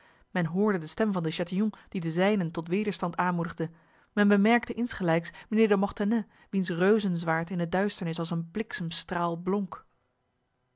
men hoorde de stem van de chatillon die de zijnen tot wederstand aanmoedigde men bemerkte insgelijks mijnheer de mortenay wiens reuzenzwaard in de duisternis als een bliksemstraal